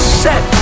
set